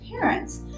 parents